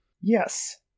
yes